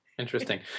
Interesting